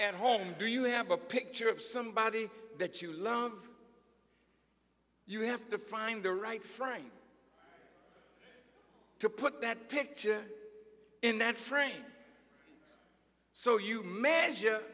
and home do you have a picture of somebody that you love you have to find the right frame to put that picture in that frame so you measure